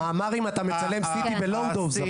במאמר אם אתה מצלם CT ב-Low dose.